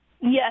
Yes